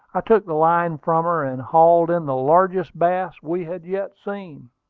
i took the line from her, and hauled in the largest bass we had yet seen.